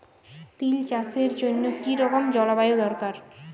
তিল চাষের জন্য কি রকম জলবায়ু দরকার?